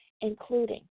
including